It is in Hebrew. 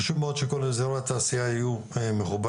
חשוב מאוד שכל אזורי התעשייה יהיו מחוברים,